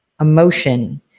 emotion